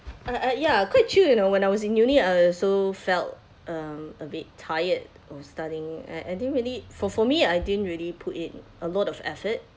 uh uh ya quite chill you know when I was in uni I also felt um a bit tired of studying and I didn't really for for me I didn't really put in a lot of effort